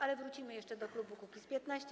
Ale wrócimy jeszcze do klubu Kukiz’15.